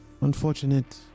unfortunate